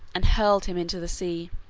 and hurled him into the sea.